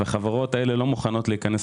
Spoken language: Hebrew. מתוך אלה שנמצאים